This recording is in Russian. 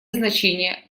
значение